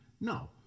no